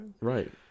right